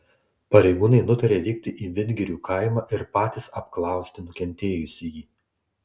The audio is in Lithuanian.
pareigūnai nutarė vykti į vidgirių kaimą ir patys apklausti nukentėjusįjį